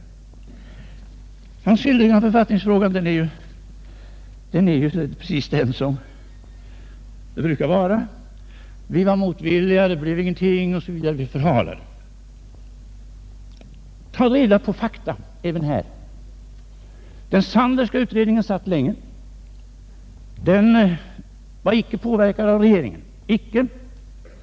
Vidare var herr Heldéns skildring av författningsfrågan precis likadan som den brukar vara: vi var motvilliga, vi förhalade frågan osv. Men ta reda på fakta även där, herr Helén! Den Sandlerska utredningen arbetade länge, men den var inte påverkad av regeringen.